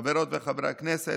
חברות וחברי הכנסת,